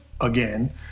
again